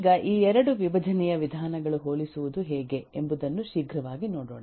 ಈಗ ಈ ಎರಡು ವಿಭಜನೆಯ ವಿಧಾನಗಳು ಹೋಲಿಸುವುದು ಹೇಗೆ ಎಂಬುದನ್ನು ಶೀಘ್ರವಾಗಿ ನೋಡೋಣ